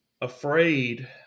afraid